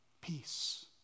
peace